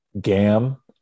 gam